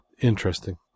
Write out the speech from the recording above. Interesting